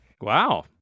Wow